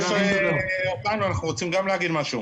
אנחנו רוצים להגיד משהו.